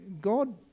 God